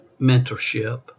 mentorship